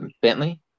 Bentley